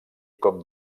com